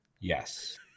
Yes